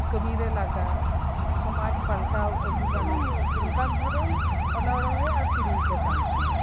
ᱠᱟᱢᱤᱨᱮ ᱞᱟᱜᱟᱜᱼᱟ ᱥᱚᱢᱟᱡᱽ ᱯᱟᱞᱴᱟᱣ ᱟᱜᱩ ᱜᱟᱱᱚᱜ ᱚᱱᱠᱟᱱ ᱫᱷᱚᱨᱚᱱ ᱚᱱᱚᱬᱦᱮ ᱟᱨ ᱥᱮᱨᱮᱧ ᱠᱚ ᱠᱟᱱ ᱛᱤᱧᱟ